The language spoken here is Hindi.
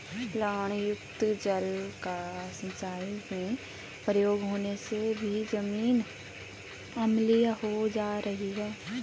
लवणयुक्त जल का सिंचाई में प्रयोग होने से भी जमीन अम्लीय हो जा रही है